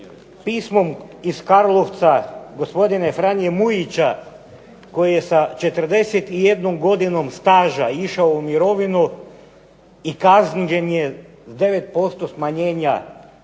pismom iz Karlovca, gospodine Franje Mujića koji je sa 41 godinom staža išao u mirovinu i kažnjen je s 9% smanjenja